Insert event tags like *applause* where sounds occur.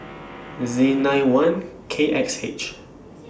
*noise* Z nine one K X H